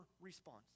response